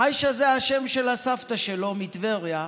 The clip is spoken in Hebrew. עיישה זה השם של הסבתא שלו מטבריה.